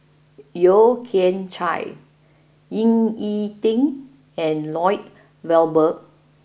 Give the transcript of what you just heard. Yeo Kian Chai Ying E Ding and Lloyd Valberg